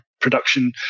production